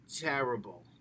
terrible